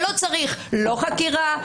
שלא צריך לא חקירה,